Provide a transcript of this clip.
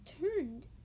turned